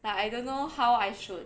like I don't know how I should